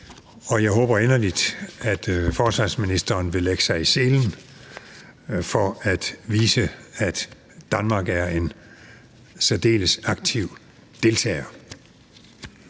og jeg håber inderligt, at forsvarsministeren vil lægge sig i selen for at vise, at Danmark er en særdeles aktiv deltager.